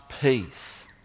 peace